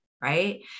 right